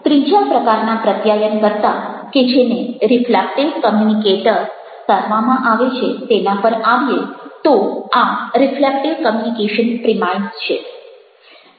ત્રીજા પ્રકારના પ્રત્યાયનકર્તા કે જેને રિફ્લેક્ટિવ કોમ્યુનિકેટર કહેવામાં આવે છે તેના પર આવીએ તો આ રિફ્લેક્ટિવ કોમ્યુનિકેશન પ્રિમાઇસ છે